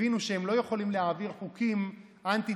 הם הבינו שהם לא יכולים להעביר חוקים אנטי-דמוקרטיים.